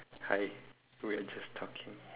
hi we are just talking